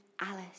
Alice